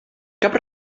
cap